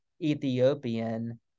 Ethiopian